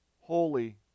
holy